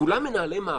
כולם מנהלי מערכות.